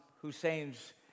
Hussein's